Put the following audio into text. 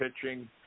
pitching